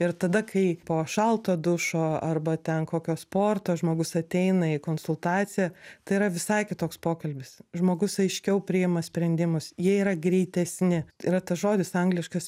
ir tada kai po šalto dušo arba ten kokio sporto žmogus ateina į konsultaciją tai yra visai kitoks pokalbis žmogus aiškiau priima sprendimus jie yra greitesni yra tas žodis angliškas